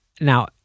Now